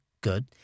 Good